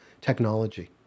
technology